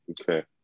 Okay